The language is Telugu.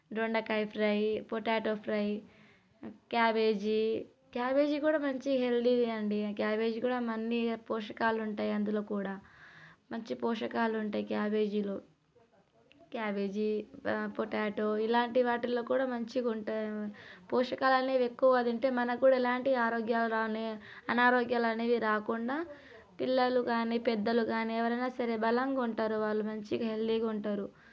దొండకాయ fry potato fry cabbage cabbage కూడా మంచి హెల్తీ అండి క్యాబేజీ కూడా మంచి పోషకాలు ఉంటాయి అందులో కూడా మంచి పోషకాలు ఉంటాయి క్యాబేజీలో క్యాబేజీ పొటాటో ఇలాంటి వాటిల్లో కూడా మంచిగా ఉంటాయి పోషకాలల్లో ఎక్కువ తింటే మనకు కూడా ఎలాంటి ఆరోగ్యాలు కానీ అనారోగ్యాలు అనేది రాకుండా పిల్లలుగాని పెద్దలు కానీ ఎవరైనా సరే బలంగా ఉంటారు వాళ్ళు మంచిగా హెల్తీగా ఉంటారు